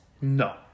No